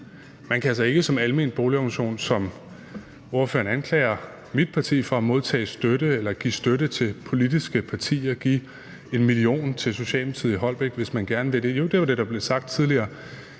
Man kan altså ikke som almen boligorganisation, som ordføreren anklager mit parti for at gøre, modtage støtte eller give støtte til politiske partier, f.eks. give 1 mio. kr. til Socialdemokratiet i Holbæk, hvis man gerne vil det – det var det, der blev sagt tidligere,